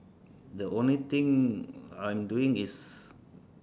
the only thing I'm doing is